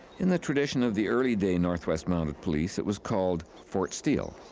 in the tradition of the early-day north-west mounted police, it was called fort steele.